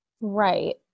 Right